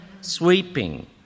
sweeping